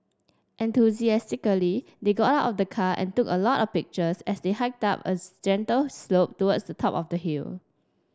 enthusiastically they got out of the car and took a lot of pictures as they hiked up a gentle slope towards the top of the hill